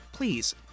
Please